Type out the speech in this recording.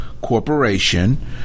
corporation